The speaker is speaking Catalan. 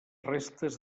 restes